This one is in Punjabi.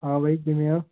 ਹਾਂ ਬਾਈ ਕਿਵੇਂ ਆ